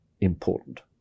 important